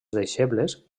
deixebles